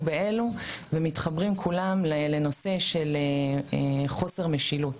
באלו ומתחברים כולם לנושא של חוסר משילות.